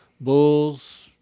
bulls